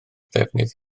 ddefnydd